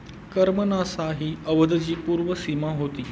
कर्मनासा ही अवधची पूर्व सीमा होती